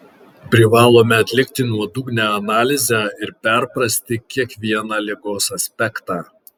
privalome atlikti nuodugnią analizę ir perprasti kiekvieną ligos aspektą